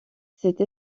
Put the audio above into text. cette